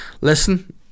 listen